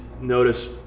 notice